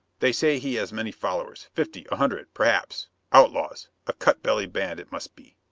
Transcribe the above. they say he has many followers fifty a hundred, perhaps outlaws a cut-belly band it must be.